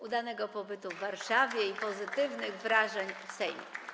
Udanego pobytu w Warszawie i pozytywnych wrażeń z Sejmu.